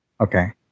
Okay